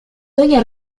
doña